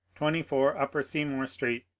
twenty four upper seymour street,